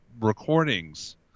recordings